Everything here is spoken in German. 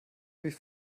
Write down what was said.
wie